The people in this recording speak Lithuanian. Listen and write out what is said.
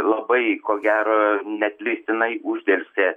labai ko gero neatleistinai uždelsė